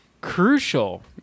crucial